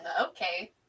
okay